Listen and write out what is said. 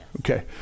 Okay